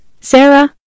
Sarah